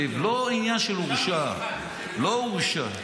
לא עניין של הורשע, לא הורשע.